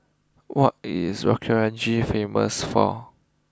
what is famous for